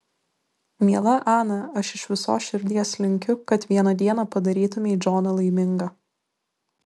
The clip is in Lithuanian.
miela ana aš iš visos širdies linkiu kad vieną dieną padarytumei džoną laimingą